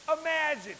imagine